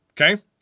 Okay